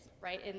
right